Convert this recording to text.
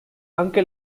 anche